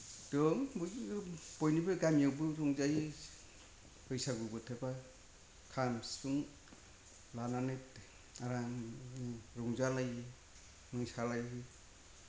दं बयबो बयनिबो गामियावबो रंजायो बैसागु बोथोरबा खाम सिफुं लानानै आराम रंजालायो मोसालायो